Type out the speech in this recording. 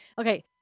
Okay